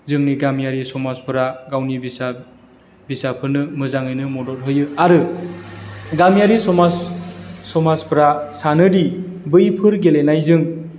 जोंनि गामियारि समाजफोरा गावनि फिसा फिसाफोरनो मोजाङैनो मदद होयो आरो गामियारि समाज समाजफ्रा सानोदि बैफोर गेलेनायजों